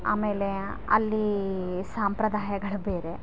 ಆಮೇಲೆ ಅಲ್ಲಿ ಸಂಪ್ರದಾಯಗಳು ಬೇರೆ